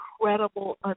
incredible